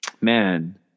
man